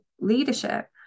leadership